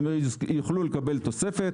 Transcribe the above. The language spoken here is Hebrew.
הם יוכלו לקבל תוספת,